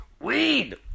Weed